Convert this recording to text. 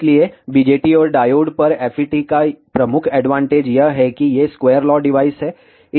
इसलिए BJT और diode पर FET का प्रमुख एडवांटेज यह है कि ये स्क्वायर लॉ डिवाइस हैं